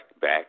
back